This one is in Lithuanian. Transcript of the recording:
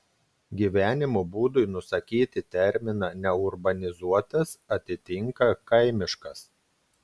gyvenimo būdui nusakyti terminą neurbanizuotas atitinka kaimiškas